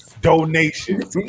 Donation